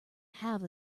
have